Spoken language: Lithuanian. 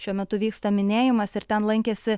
šiuo metu vyksta minėjimas ir ten lankėsi